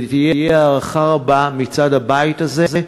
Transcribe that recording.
תהיה לזה הערכה רבה מצד הבית הזה,